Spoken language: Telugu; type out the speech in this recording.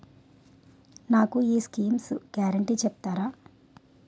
నాకు ఈ స్కీమ్స్ గ్యారంటీ చెప్తారా?